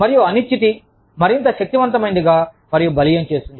మరియు అనిశ్చితి మరింత శక్తివంతమైనదిగా మరియు బలీయంచేస్తుంది